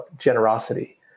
generosity